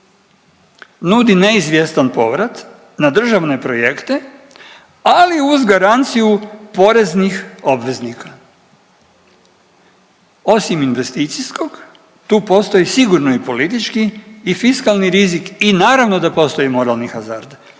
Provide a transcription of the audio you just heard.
nudi neizvjestan povrat na državne projekte, ali uz garanciju poreznih obveznika. Osim investicijskog tu postoji sigurno i politički i fiskalni rizik i naravno da postoji i moralni hazard.